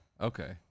Okay